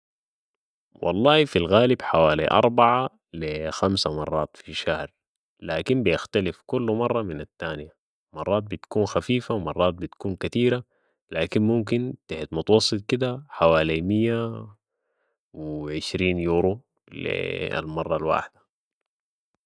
والله في الغالب حوالي أربعة لي خمسة مرات في الشهر، لكن بتختلف كل مرة من التاني. مرات بتكون خفيفة و مرات بتكون كتيرة، لكن ممكن تحت متوسط كدة حوالي مية و عشرين يورو لي المرة الواحدة.